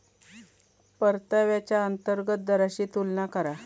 परताव्याच्या अंतर्गत दराशी तुलना करा